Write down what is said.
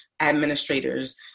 administrators